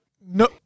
No